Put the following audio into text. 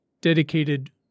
dedicated